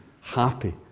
happy